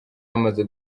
amaze